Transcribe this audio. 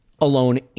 alone